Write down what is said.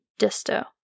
Disto